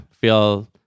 feel